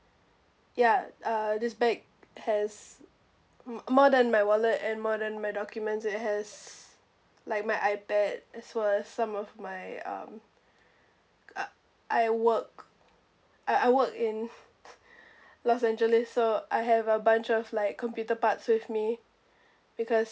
ya uh this bag has more than my wallet and more than my documents it has like my ipad that's was some of my um uh I work I I work in los angeles so I have a bunch of like computer parts with me because